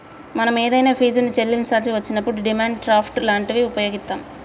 మనం ఏదైనా ఫీజుని చెల్లించాల్సి వచ్చినప్పుడు డిమాండ్ డ్రాఫ్ట్ లాంటివి వుపయోగిత్తాం